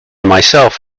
myself